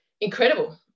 incredible